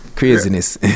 Craziness